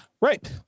Right